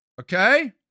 Okay